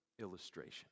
illustration